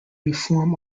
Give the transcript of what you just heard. reform